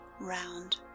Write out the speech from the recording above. round